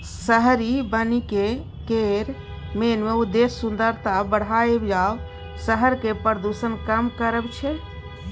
शहरी बनिकी केर मेन उद्देश्य सुंदरता बढ़ाएब आ शहरक प्रदुषण कम करब छै